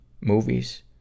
movies